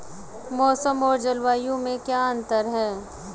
मौसम और जलवायु में क्या अंतर?